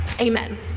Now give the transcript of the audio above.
Amen